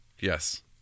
yes